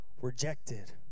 rejected